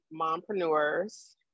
mompreneurs